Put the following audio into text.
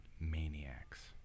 maniacs